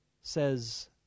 says